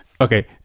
Okay